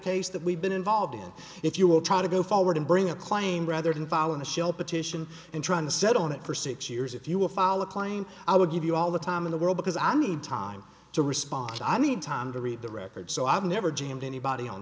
case that we've been involved in if you will try to go forward and bring a claim rather than violent a shell petition and trying to settle on it for six years if you will file a claim i would give you all the time in the world because i need time to respond so i need time to read the record so i've never jammed anybody on